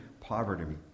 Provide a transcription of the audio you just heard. poverty